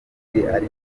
masezerano